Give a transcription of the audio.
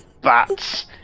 bats